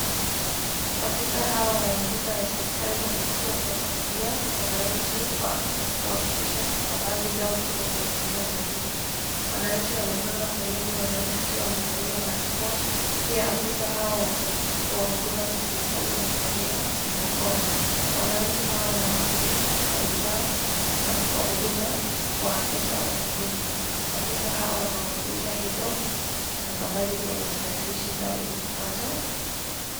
Afisa hawa wa huduma ya serikali wamekuja kuwasaidia wananchi kwa kuhakikisha stakabadhi zao ziko kwenye njia sahihi. Wananchi wamepanga foleni , wananchi pia wamevalia barakoa. Pia afisa hawa wa huduma za serikali wamevalia barakoa. Wananchi hawa wanawakilisha stakabadhi zao kwa huduma na afisa wa huduma. Afisa hao wanawakilisha hizo stakabadhi kwenye tarakilishi zao ili kupata.